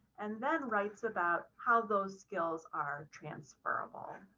and then writes about how those skills are transferable.